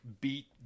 beat